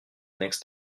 next